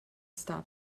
stop